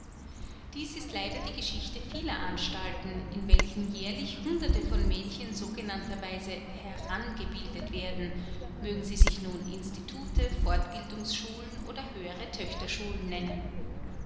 dies ist leider die geschichte vieler anstalten in welchen jährlich hunderte von mädchen sogenannterweise herangebildet werden mögen sie sich nun institute fortbildungsschulen oder höhere töchterschulen nennen